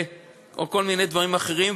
או כל מיני דברים אחרים,